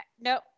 No